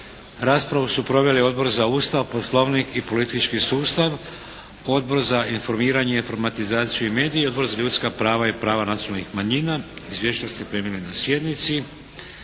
Raspravu su proveli Odbor za Ustav, Poslovnik i politički sustav, Odbor za informiranje, informatizaciju i medije i Odbor za ljudska prava i prava nacionalnih manjina. Izvješće ste primili na sjednici.